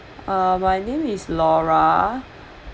uh my name is laura